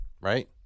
right